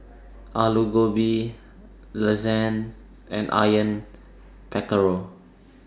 Alu Gobi Lasagne and Onion Pakora